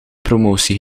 promotie